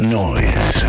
noise